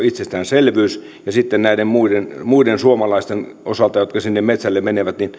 itsestäänselvyys ja että sitten näiden muiden muiden suomalaisten osalta jotka sinne metsälle menevät